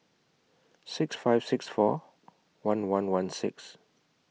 six five six four one one one six